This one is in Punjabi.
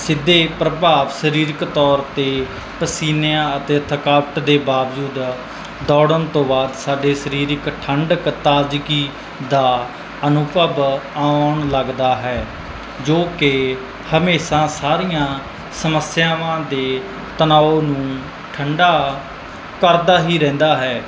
ਸਿੱਧੇ ਪ੍ਰਭਾਵ ਸਰੀਰਕ ਤੌਰ 'ਤੇ ਪਸੀਨਿਆਂ ਅਤੇ ਥਕਾਵਟ ਦੇ ਬਾਵਜੂਦ ਦੌੜਣ ਤੋਂ ਬਾਅਦ ਸਾਡੇ ਸਰੀਰਕ ਠੰਡਕ ਤਾਜ਼ਗੀ ਦਾ ਅਨੁਭਵ ਆਉਣ ਲੱਗਦਾ ਹੈ ਜੋ ਕਿ ਹਮੇਸ਼ਾ ਸਾਰੀਆਂ ਸਮੱਸਿਆਵਾਂ ਦੇ ਤਨਾਓ ਨੂੰ ਠੰਡਾ ਕਰਦਾ ਹੀ ਰਹਿੰਦਾ ਹੈ